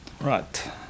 right